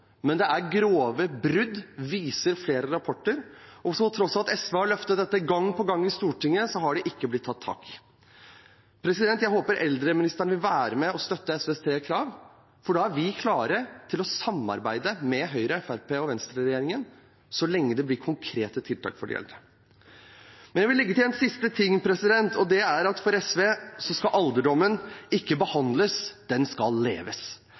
men det er grove brudd, viser flere rapporter, og til tross for at SV har løftet dette gang på gang i Stortinget, er det ikke blitt tatt tak i. Jeg håper eldreministeren vil være med og støtte SVs tre krav, for vi er klare til å samarbeide med Høyre–Fremskrittsparti–Venstre-regjeringen så lenge det blir konkrete tiltak for de eldre. Jeg vil legge til en siste ting, og det er at for SV skal alderdommen ikke behandles; den skal leves.